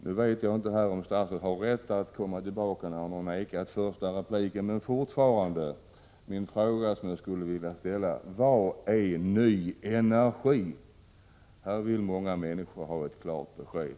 Nu vet jag inte om statsrådet har rätt att komma tillbaka i debatten, men fortfarande är min fråga: Vad är ny energi? Här vill många människor ha ett klart besked.